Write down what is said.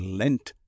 lent